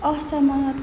असहमत